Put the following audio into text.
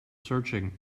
searching